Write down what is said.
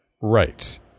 Right